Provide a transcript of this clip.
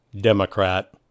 democrat